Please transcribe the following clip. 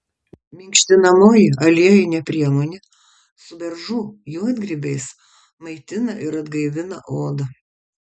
minkštinamoji aliejinė priemonė su beržų juodgrybiais maitina ir atgaivina odą